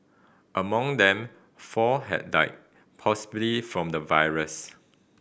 among them four have died possibly from the virus